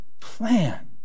plan